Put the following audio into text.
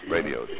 Radio